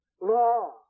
law